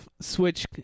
switch